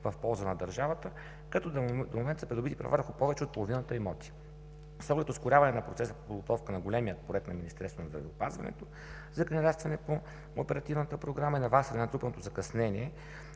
в полза на държавата, като до момента са придобити права върху повече от половината имоти. С оглед ускоряване на процеса по подготовка на големия проект на Министерството на здравеопазването за кандидатстване по Оперативната програма и наваксването на натрупаното закъснение,